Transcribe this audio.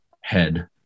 head